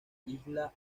islas